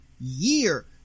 year